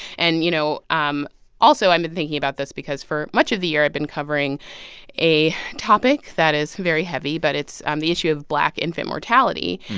and, you know, um also, i've been thinking about this because for much of the year, i've been covering a topic that is very heavy. but it's um the issue of black infant mortality.